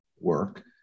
work